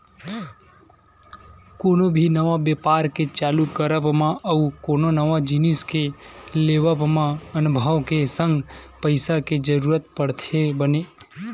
कोनो भी नवा बेपार के चालू करब मा अउ कोनो नवा जिनिस के लेवब म अनभव के संग पइसा के जरुरत पड़थे बने